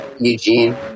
Eugene